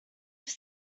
were